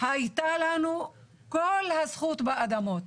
הייתה לנו כל הזכות באדמות.